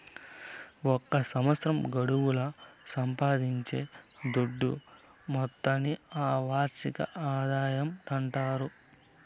ఒక సంవత్సరం గడువుల సంపాయించే దుడ్డు మొత్తాన్ని ఆ వార్షిక ఆదాయమంటాండారు